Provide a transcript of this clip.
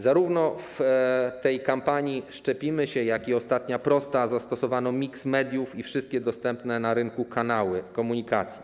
Zarówno w kampanii „Szczepimy się”, jak i w kampanii „Ostatnia prosta” zastosowano miks mediów i wszystkie dostępne na rynku kanały komunikacji.